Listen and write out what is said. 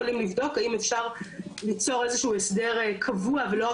קבוע ולא רק במקרים חריגים מאוד כמו שהיה עד היום,